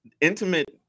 intimate